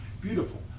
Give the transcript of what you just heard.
beautiful